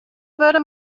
wurde